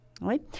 Oui